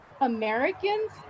Americans